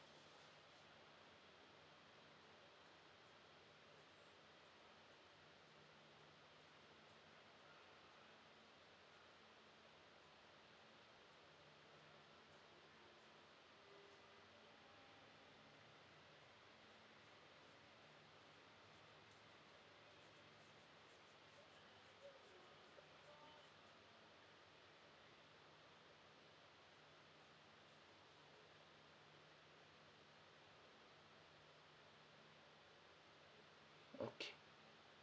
okay